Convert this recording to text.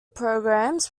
programs